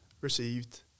received